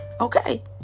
Okay